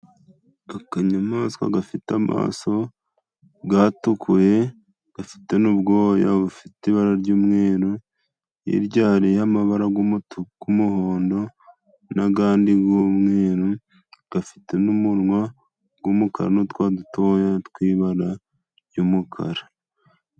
Akanyamaswa gafite amaso atukuye. Gafite n'ubwoya bufite ibara ry'umweru. Hirya hariyo amabara y'umuhondo n'andi y'umweru. Gafite n'umunwa w'umukara, n'utwanwa dutoya twibara ry'umukara.